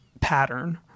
pattern